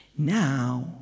Now